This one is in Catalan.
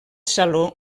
saló